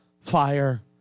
fire